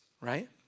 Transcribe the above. right